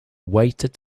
weighted